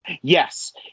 Yes